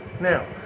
now